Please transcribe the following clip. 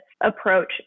approach